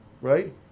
Right